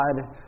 God